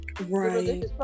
Right